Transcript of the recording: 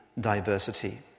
diversity